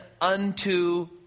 unto